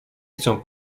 chcę